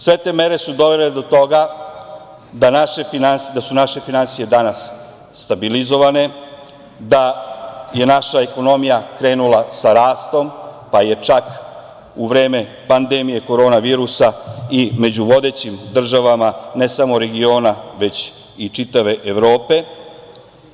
Sve te mere su dovele do toga da su naše finansije danas stabilizovane, da je naša ekonomija krenula sa rastom, pa je čak u vreme pandemije Korona virusa, i među vodećim državama, ne samo regiona, već i čitave Evrope.